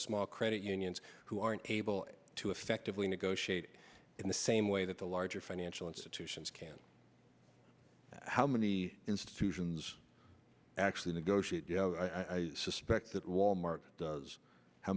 small credit unions who aren't able to effectively negotiate in the same way that the larger financial institutions can how many institutions actually negotiate i suspect that wal mart has how